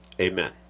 Amen